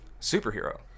superhero